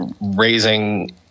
raising